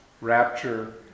rapture